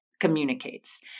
communicates